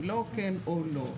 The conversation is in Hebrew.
זה לא כן או לא.